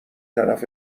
طرف